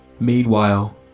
Meanwhile